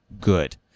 good